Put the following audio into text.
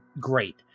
great